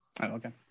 Okay